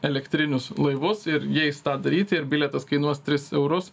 elektrinius laivus ir jais tą daryti ir bilietas kainuos tris eurus